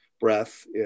breath